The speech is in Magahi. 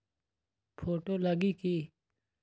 फोटो लगी कि?